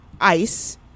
ICE